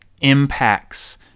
impacts